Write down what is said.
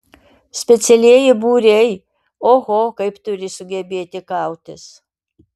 specialieji būriai oho kaip turi sugebėti kautis